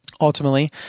Ultimately